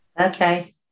Okay